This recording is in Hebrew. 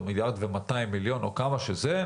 או 1.2 מיליארד או כמה שזה,